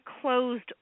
closed